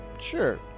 sure